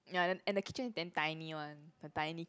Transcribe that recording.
ya and and the kitchen is damn tiny one the tiny